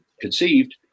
conceived